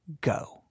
go